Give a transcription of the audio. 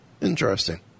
Interesting